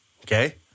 Okay